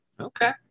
Okay